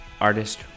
artist